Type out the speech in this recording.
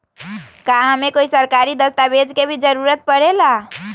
का हमे कोई सरकारी दस्तावेज के भी जरूरत परे ला?